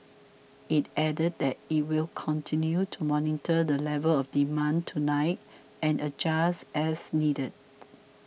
it added that it will continue to monitor the level of demand tonight and adjust as needed